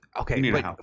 Okay